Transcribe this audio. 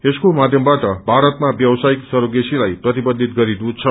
यसको माध्यमावाट भारतमा व्यावसायिक सरोगेसीलाई प्रतिबन्धित गरिनु छ